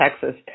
Texas